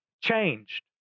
changed